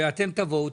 ואתם תבואו,